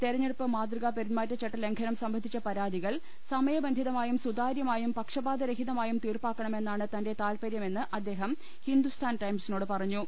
തെരഞ്ഞെടുപ്പ് മാതൃക പെരുമാറ്റച്ചട്ട ലംഘനം സംബ ന്ധിച്ച പരാതികൾ സമയബന്ധിതമായും സുതാര്യമായും പക്ഷ പാതരഹിതമായും തീർപ്പാക്കണമെന്നാണ് തന്റെ താത്പര്യമെന്ന് അദ്ദേഹം ഹിന്ദുസ്ഥാൻ ടൈംസിനോട് പറഞ്ഞു